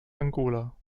angola